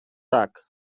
tak